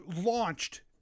launched